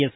S